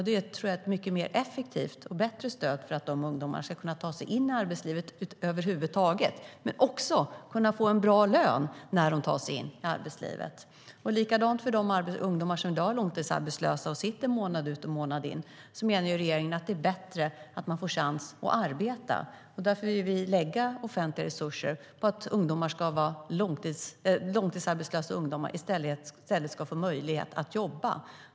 Det tror jag är ett mycket effektivare och bättre stöd för ungdomarna för att de ska kunna ta sig in i arbetslivet över huvud taget men också kunna få en bra lön. Det är likadant för de ungdomar som i dag sitter långtidsarbetslösa månad ut och månad in. Regeringen menar att det är bättre att man får chans att arbeta. Därför vill vi lägga offentliga resurser på att långtidsarbetslösa ungdomar i stället ska få möjlighet att jobba.